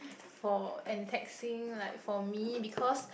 for and taxing like for me because